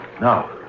now